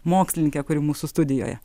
mokslininkę kuri mūsų studijoje